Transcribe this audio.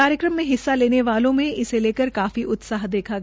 कार्यक्रम मे हिस्सा लेने वालों मे इसे लेकर काफी उत्साह देखा गया